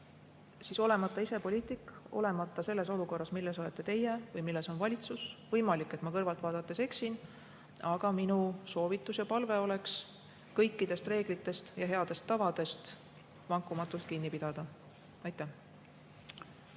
olemata ise poliitik, olemata selles olukorras, milles olete teie või milles on valitsus, võimalik, et ma kõrvalt vaadates eksin, aga minu soovitus ja palve oleks kõikidest reeglitest ja headest tavadest vankumatult kinni pidada. Suur